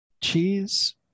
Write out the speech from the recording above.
cheese